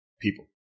people